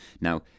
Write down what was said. Now